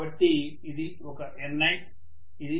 కాబట్టి ఇది ఒక Ni